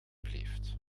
beleefd